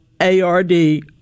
A-R-D